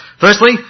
firstly